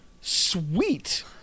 sweet